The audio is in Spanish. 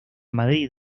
madrid